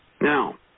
Now